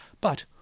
But